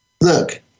look